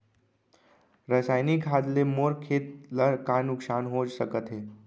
रसायनिक खाद ले मोर खेत ला का नुकसान हो सकत हे?